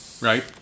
right